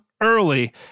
early